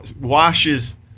washes